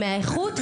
מהאיכות,